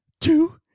two